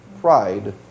pride